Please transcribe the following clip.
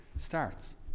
starts